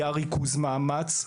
היה ריכוז מאמץ,